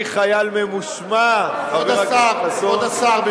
אני חייל ממושמע, חבר הכנסת חסון, כבוד השר.